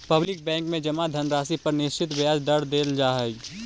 public bank में जमा धनराशि पर एक निश्चित ब्याज दर देल जा हइ